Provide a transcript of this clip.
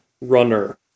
Runner